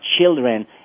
children